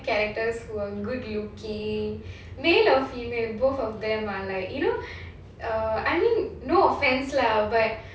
characters who are good-looking male or female both of them are like you know err I mean no offence lah but